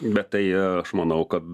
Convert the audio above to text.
bet tai aš manau kad